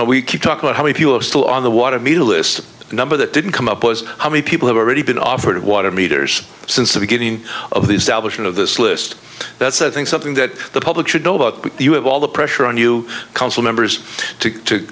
know we can talk about how if you are still on the water meter list number that didn't come up was how many people have already been offered water meters since the beginning of the establishment of this list that's i think something that the public should know about but you have all the pressure on you council members to